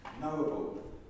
knowable